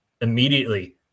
immediately